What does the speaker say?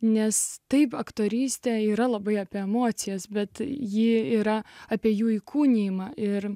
nes taip aktorystė yra labai apie emocijas bet ji yra apie jų įkūnijimą ir